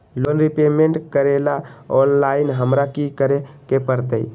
Loan repayment करेला online हमरा की करे के परतई?